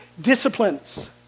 disciplines